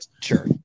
Sure